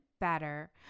better